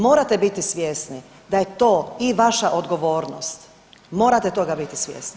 Morate biti svjesni da je to i vaša odgovornost, morate toga biti svjesni.